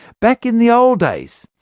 back in the old days,